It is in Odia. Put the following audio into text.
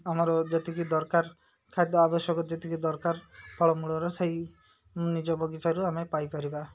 ଆମର ଯେତିକି ଦରକାର ଖାଦ୍ୟ ଆବଶ୍ୟକ ଯେତିକି ଦରକାର ଫଳମୂଳର ସେଇ ମୁଁ ନିଜ ବଗିଚାରୁ ଆମେ ପାଇପାରିବା